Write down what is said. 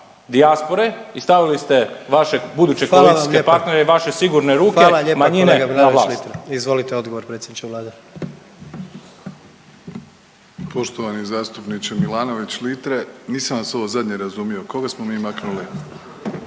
dijaspore i stavili ste vaše buduće koalicijske partnere i vaše sigurne ruke manjine na vlasti.